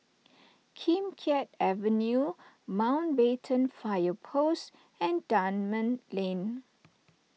Kim Keat Avenue Mountbatten Fire Post and Dunman Lane